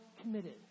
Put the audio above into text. committed